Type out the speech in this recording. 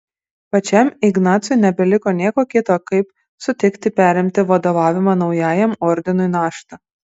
pačiam ignacui nebeliko nieko kito kaip sutikti perimti vadovavimo naujajam ordinui naštą